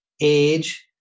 age